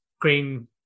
green